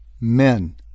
Men